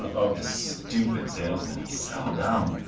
the phone with a stupid salesman, he's so dumb.